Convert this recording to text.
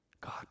God